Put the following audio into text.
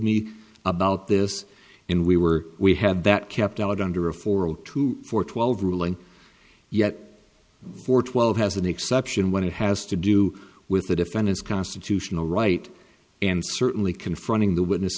me about this and we were we had that kept out under a four zero two four twelve ruling yet for twelve has an exception when it has to do with the defendant's constitutional right and certainly confronting the witness